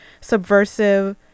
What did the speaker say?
subversive